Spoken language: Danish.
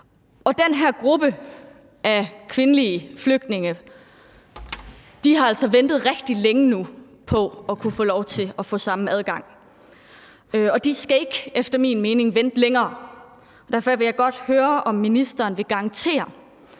Den her gruppe af kvindelige flygtninge har altså ventet rigtig længe nu på at kunne få lov til at få samme adgang, og de skal efter min mening ikke vente længere. Derfor vil jeg godt høre, om ministeren vil garantere,